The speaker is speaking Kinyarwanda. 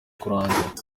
kurangira